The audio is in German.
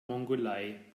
mongolei